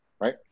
Right